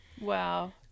Wow